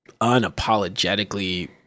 unapologetically